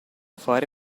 fare